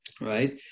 right